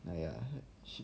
!aiya!